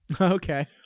Okay